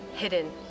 hidden